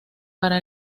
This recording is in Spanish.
para